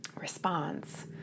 response